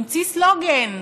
המציא סלוגן: